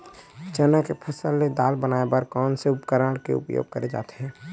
चना के फसल से दाल बनाये बर कोन से उपकरण के उपयोग करे जाथे?